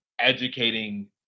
educating